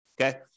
Okay